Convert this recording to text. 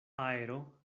aero